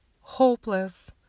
hopeless